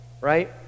right